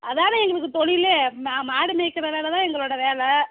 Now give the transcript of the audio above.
அதுதானே எங்குளுக்கு தொழிலே மா மாடு மேய்க்கிற வேலை தான் எங்களோடய வேலை